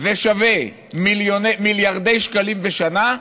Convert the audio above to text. זה שווה מיליארדי שקלים בשנה,